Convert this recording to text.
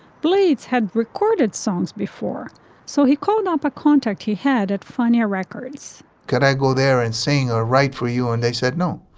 blades had recorded songs before so he called up a contact he had at funnier records can i go there and sing or write for you and they said no